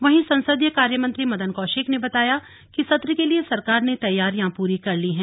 वहीं संसदीय कार्य मंत्री मदन कौशिक ने बताया कि सत्र के लिए सरकार ने तैयारियां पूरी कर ली है